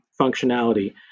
functionality